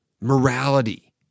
morality